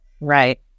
right